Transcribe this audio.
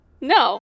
No